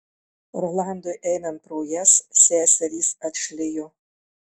rolandui einant pro jas seserys atšlijo